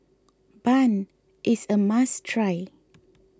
Bun is a must try